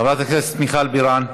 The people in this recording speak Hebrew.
חברת הכנסת מיכל בירן,